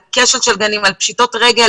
על פשיטות רגל,